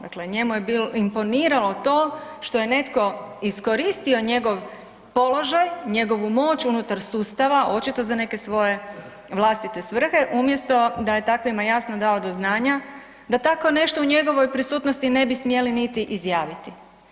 Dakle, njemu je imponiralo to što je netko iskoristio njegov položaj, njegovu moć unutar sustava očito za neke svoje vlastite svrhe, umjesto da je takvima jasno dao do znanja da takvo nešto u njegovoj prisutnosti ne bi smjeli niti izjaviti.